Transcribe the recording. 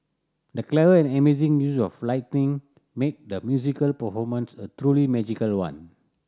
the clever and amazing use of lighting made the musical performance a truly magical one